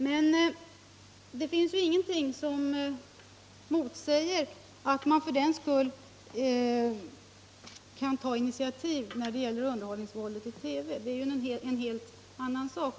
Men det finns ingenting som säger att man inte för den skull kan ta initiativ när det gäller nedtoning av underhållningsvåldet i TV — det är ju en helt annan sak.